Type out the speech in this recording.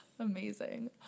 Amazing